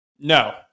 No